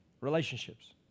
relationships